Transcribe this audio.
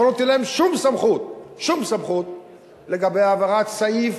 אבל לא תהיה להם שום סמכות לגבי העברת תקציב